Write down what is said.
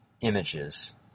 images